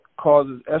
causes